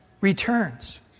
returns